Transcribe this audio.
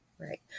Right